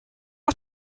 not